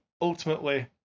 ultimately